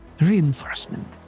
reinforcement